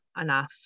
enough